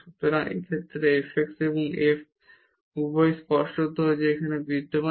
স্পষ্টতই এই ক্ষেত্রে f x এবং f y উভয়ই বিদ্যমান